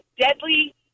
deadly